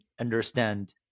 understand